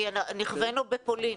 נכווינו בפולין.